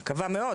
אני מקווה מאוד.